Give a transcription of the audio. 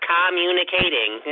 communicating